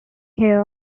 here